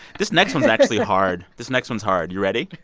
this next one is actually hard. this next one is hard. you ready?